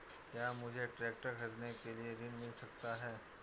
क्या मुझे ट्रैक्टर खरीदने के लिए ऋण मिल सकता है?